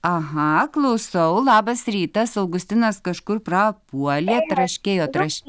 aha klausau labas rytas augustinas kažkur prapuolė traškėjo traš